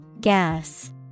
Gas